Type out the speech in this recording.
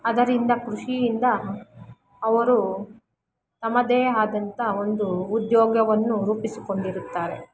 ಅದರಿಂದ ಕೃಷಿಯಿಂದ ಅವರು ತಮ್ಮದೇ ಆದಂತ ಒಂದು ಉದ್ಯೋಗವನ್ನು ರೂಪಿಸಿಕೊಂಡಿರುತ್ತಾರೆ